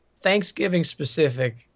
Thanksgiving-specific